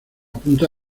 punta